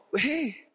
Hey